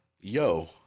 Yo